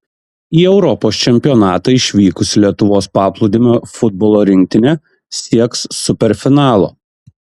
į europos čempionatą išvykusi lietuvos paplūdimio futbolo rinktinė sieks superfinalo